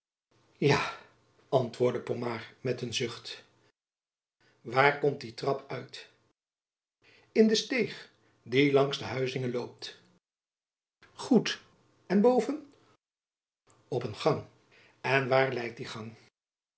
ja antwoordde pomard met een zucht waar komt die trap uit in de steeg die langs de huizinge loopt groed en boven op een gang en waarheen leidt die gang